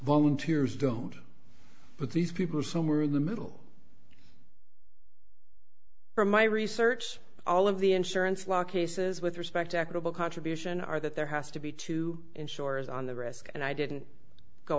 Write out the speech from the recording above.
volunteers don't but these people are somewhere in the middle from my research all of the insurance law cases with respect to equitable contribution are that there has to be two insurers on the risk and i didn't go